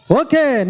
okay